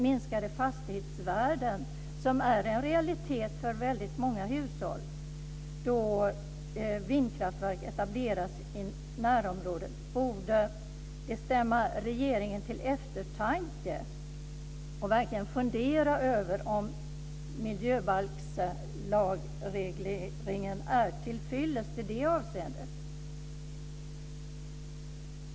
Minskade fastighetsvärden är en realitet för väldigt många hushåll då vindkraftverk etableras i närområdet. Det borde stämma regeringen till eftertanke. Regeringen borde verkligen fundera över om lagregleringen i miljöbalken är tillfyllest i det avseendet.